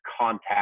contact